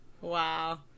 Wow